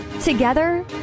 Together